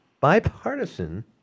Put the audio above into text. bipartisan